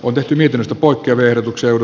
odotimme pelistä poikkeverotukseur